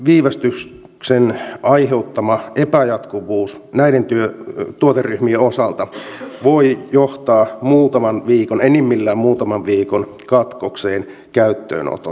lainsäädäntöteknisen viivästyksen aiheuttama epäjatkuvuus näiden tuoteryhmien osalta voi johtaa enimmillään muutaman viikon katkokseen käyttöönotossa